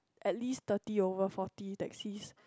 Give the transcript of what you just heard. at least thirty over forty taxis